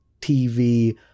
TV